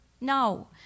No